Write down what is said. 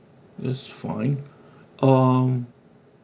this is fine uh